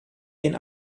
den